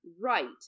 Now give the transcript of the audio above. right